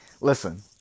listen